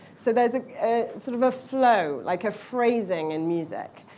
so there's sort of a flow, like a phrasing in music.